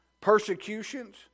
persecutions